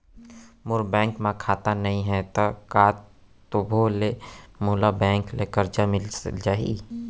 मोर bank म खाता नई हे त का तभो ले मोला बैंक ले करजा मिलिस जाही?